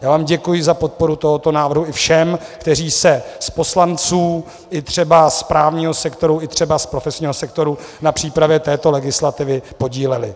Já vám děkuji za podporu tohoto návrhu, i všem, kteří se z poslanců, i třeba z právního sektoru, i třeba z profesního sektoru na přípravě této legislativy podíleli.